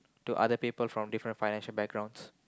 to other people from different financial backgrounds